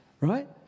right